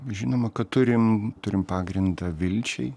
žinoma kad turim turim pagrindą vilčiai